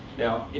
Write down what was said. now,